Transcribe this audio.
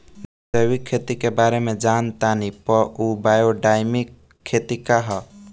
जैविक खेती के बारे जान तानी पर उ बायोडायनमिक खेती का ह?